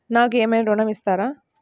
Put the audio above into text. నాకు ఏమైనా ఋణం ఇస్తారా?